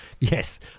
Yes